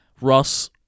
Russ